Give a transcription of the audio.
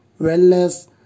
wellness